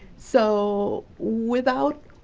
so, without